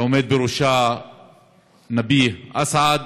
שעומד בראשה נביה אסעד,